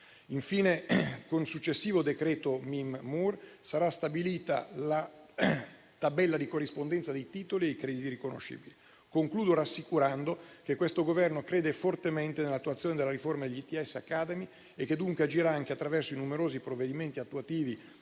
Infine, con successivo decreto Mim-Mur sarà stabilita la tabella di corrispondenza dei titoli e dei crediti riconoscibili. Concludo rassicurando che questo Governo crede fortemente nell'attuazione della riforma degli ITS academy e che dunque agirà, anche attraverso i numerosi provvedimenti attuativi